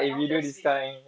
confirm terus fail